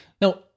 now